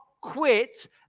quit